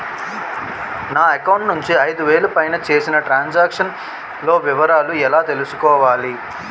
నా అకౌంట్ నుండి ఐదు వేలు పైన చేసిన త్రం సాంక్షన్ లో వివరాలు ఎలా తెలుసుకోవాలి?